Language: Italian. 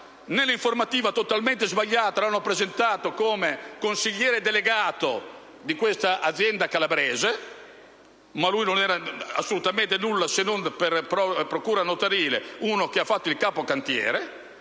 Nell'informativa, totalmente sbagliata, lo hanno presentato come consigliere delegato di questa azienda calabrese, ma lui non era assolutamente nulla se non, per procura notarile, una persona che ha fatto il capo cantiere.